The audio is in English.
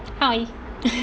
hi